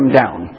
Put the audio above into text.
down